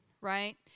right